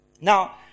Now